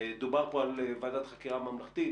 דובר פה על ועדת חקירה ממלכתית.